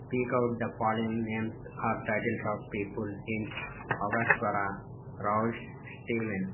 speak out the following names or titles of people in అగశ్వర రావుష్ Steven